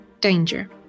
danger